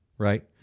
right